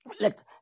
Let